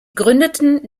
gründeten